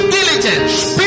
diligence